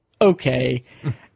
okay